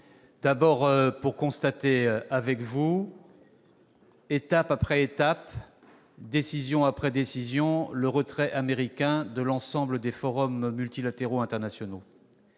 propos, pour constater avec vous, d'abord, étape après étape, décision après décision, le retrait américain de l'ensemble des forums multilatéraux internationaux.